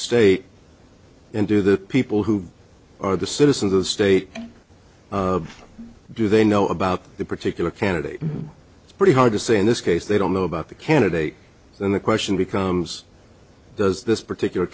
state and do the people who are the citizens of the state do they know about the particular candidate it's pretty hard to say in this case they don't know about the candidate and the question becomes does this particular